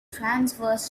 transverse